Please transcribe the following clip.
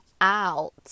out